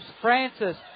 Francis